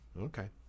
Okay